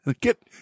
get